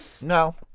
No